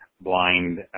blind